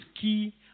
key